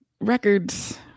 records